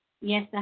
Yes